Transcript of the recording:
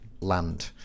land